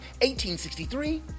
1863